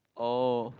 oh